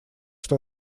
что